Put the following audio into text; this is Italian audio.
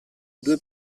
due